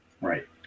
Right